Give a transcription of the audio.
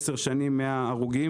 במשך 10 שנים היו 100 הרוגים.